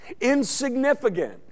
insignificant